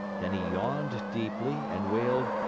then he yawned deeply, and wailed